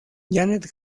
janet